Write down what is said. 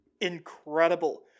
incredible